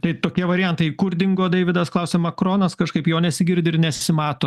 tai tokie variantai kur dingo deividas klausia makronas kažkaip jo nesigirdi ir nesimato